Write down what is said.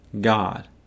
God